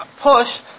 push